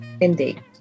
Indeed